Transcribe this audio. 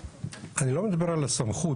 אני לא מדבר על הסמכות.